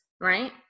right